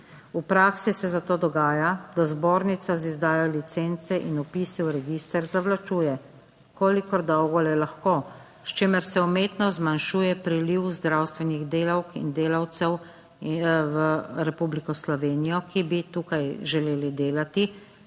V praksi se zato dogaja, da zbornica z izdajo licence in vpisi v register zavlačuje kolikor dolgo le lahko, s čimer se umetno zmanjšuje priliv zdravstvenih delavk in delavcev v Republiko Slovenijo, ki bi tukaj želeli delati.